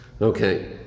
Okay